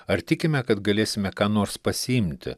ar tikime kad galėsime ką nors pasiimti